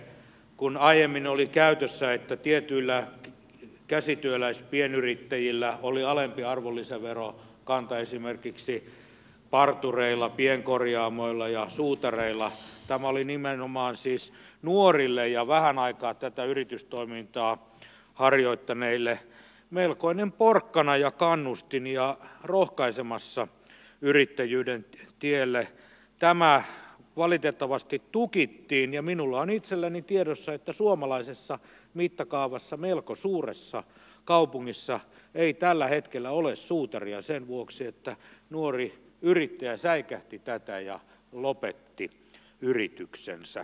kun aiemmin oli käytössä että tietyillä käsityöläispienyrittäjillä oli alempi arvonlisäverokanta esimerkiksi partureilla pienkorjaamoilla ja suutareilla tämä oli nimenomaan siis nuorille ja vähän aikaa tätä yritystoimintaa harjoittaneille melkoinen porkkana ja kannustin ja rohkaisemassa yrittäjyyden tielle tämä valitettavasti tukittiin ja minulla on itselläni tiedossa että suomalaisessa mittakaavassa melko suuressa kaupungissa ei tällä hetkellä ole suutaria sen vuoksi että nuori yrittäjä säikähti tätä ja lopetti yrityksensä